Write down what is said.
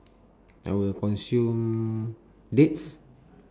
I will consume dates